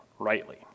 rightly